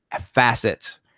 facets